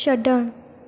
छड॒णु